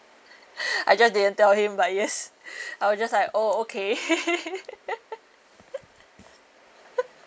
I just didn't tell him but yes I will just like oh okay